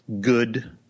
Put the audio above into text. good